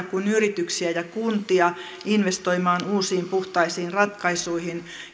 kuin yrityksiä ja kuntia investoimaan uusiin puhtaisiin ratkaisuihin